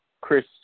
Chris